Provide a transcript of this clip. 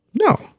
No